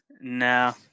no